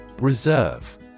Reserve